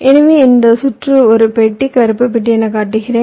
எனவே இந்த சுற்று ஒரு பெட்டி கருப்பு பெட்டி எனக் காட்டுகிறேன்